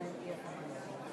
בבקשה, גברתי מזכירת הכנסת,